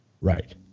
Right